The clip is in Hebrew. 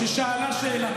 לא מבטלת בבוז כלום.